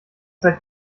seit